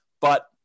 but-